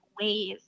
ways